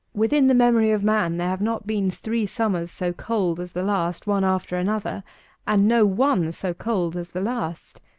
within the memory of man there have not been three summers so cold as the last, one after another and no one so cold as the last.